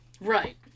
Right